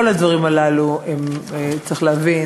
כל הדברים הללו, צריך להבין,